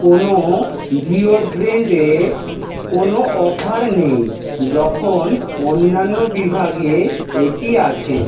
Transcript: কোনও ডিওডোরেন্টে কোনও অফার নেই যখন অন্যান্য বিভাগে এটি আছে